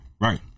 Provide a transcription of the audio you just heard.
right